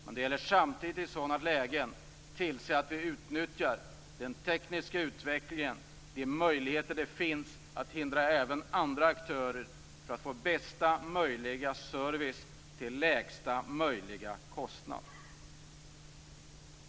Men det gäller samtidigt att i sådana lägen se till att vi utnyttjar den tekniska utvecklingen och de möjligheter som finns i fråga om andra aktörer för att få bästa service till lägsta möjliga kostnad.